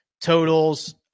totals